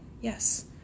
yes